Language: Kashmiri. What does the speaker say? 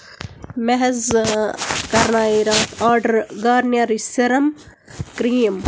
مےٚ حظ کَرنایے راتھ آرڈر گارنِیَرٕچ سِرَم کریٖم